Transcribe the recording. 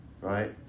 Right